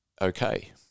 okay